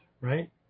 Right